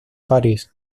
parís